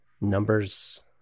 numbers